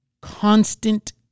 constant